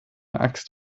axt